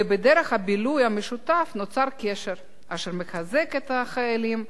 ודרך הבילוי המשותף נוצר קשר אשר מחזק את החיילים,